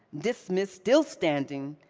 dismissed, still standing,